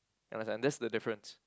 you understand that's the difference